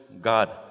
God